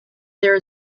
there